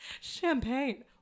Champagne